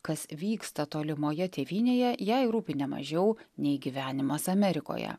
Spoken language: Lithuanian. kas vyksta tolimoje tėvynėje jai rūpi ne mažiau nei gyvenimas amerikoje